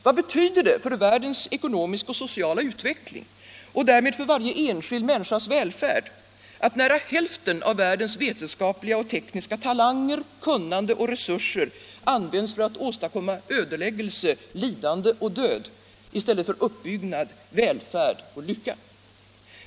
Vad betyder det för världens ekonomiska och sociala utveckling och därmed för varje enskild människas välfärd att nära hälften av världens vetenskapliga och tekniska talanger, kunnande och resurser används för att åstadkomma ödeläggelse, lidande och död i stället för uppbyggnad, välfärd och lycka?